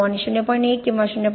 1 किंवा 0